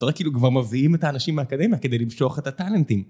אתה רואה כאילו כבר מביאים את האנשים מהאקדמיה כדי למשוך את הטלנטים.